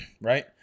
right